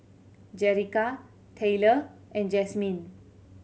Jerica Tyler and Jasmyne